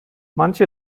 manche